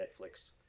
Netflix